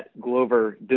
Glover